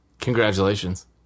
Congratulations